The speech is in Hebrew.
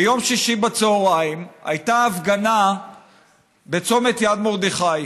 ביום שישי בצוהריים הייתה הפגנה בצומת יד מרדכי.